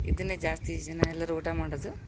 ಇದನ್ನೆ ಜಾಸ್ತಿ ಜನ ಎಲ್ಲರು ಊಟ ಮಾಡೋದು